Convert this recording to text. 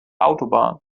autobahn